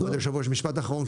משפט אחרון,